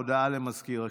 הודעה למזכיר הכנסת.